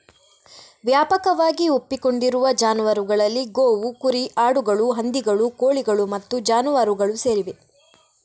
ವ್ಯಾಪಕವಾಗಿ ಒಪ್ಪಿಕೊಂಡಿರುವ ಜಾನುವಾರುಗಳಲ್ಲಿ ಗೋವು, ಕುರಿ, ಆಡುಗಳು, ಹಂದಿಗಳು, ಕೋಳಿಗಳು ಮತ್ತು ಜಾನುವಾರುಗಳು ಸೇರಿವೆ